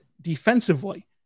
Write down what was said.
defensively